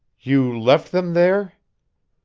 you left them there?